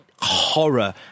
horror